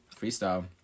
freestyle